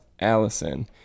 Allison